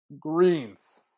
Greens